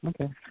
Okay